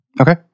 Okay